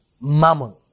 Mammon